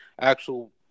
actual –